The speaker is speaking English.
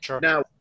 Now